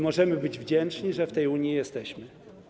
Możemy być wdzięczni, że w tej Unii jesteśmy.